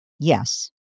Yes